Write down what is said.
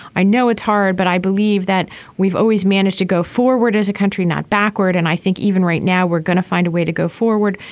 i know it's hard but i believe that we've always managed to go forward as a country not backward and i think even right now we're going to find a way to go forward.